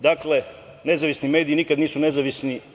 Dakle, nezavisni mediji nikad nisu nezavisni.